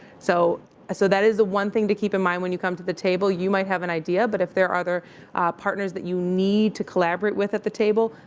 so so that is the one thing to keep in mind when you come to the table. you might have an idea. but if there are other partners that you need to collaborate with at the table,